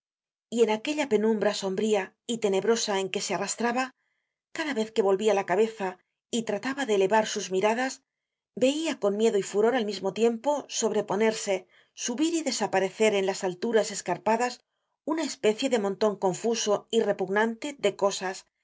y en aquella penumbra sombria y tenebrosa en que se arrastraba cada vez que volvia la cabeza y trataba de elevar sus miradas veia con miedo y furor al mismo tiempo sobreponerse subir y desaparecer en alturas escarpadas una especie de monton confuso y repugnante de cosas